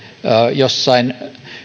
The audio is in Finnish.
jossain